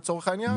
לצורך העניין.